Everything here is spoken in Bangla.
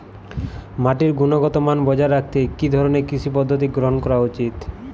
মাটির গুনগতমান বজায় রাখতে কি ধরনের কৃষি পদ্ধতি গ্রহন করা উচিৎ?